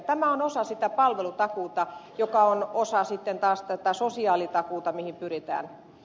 tämä on osa sitä palvelutakuuta joka on osa sitten taas tätä sosiaalitakuuta mihin pyritään